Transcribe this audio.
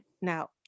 Now